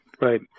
right